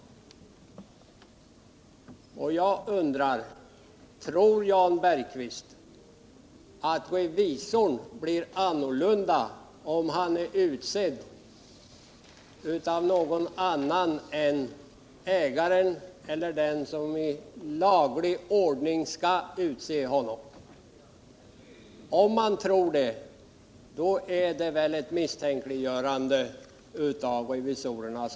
Tror Jan Bergqvist att revisorn blir annorlunda, om han är utsedd av någon annan än ägaren eller den som i laglig ordning skall utse honom? Om Jan Bergqvist tror det, är det väl ett misstänkliggörande av revisorerna.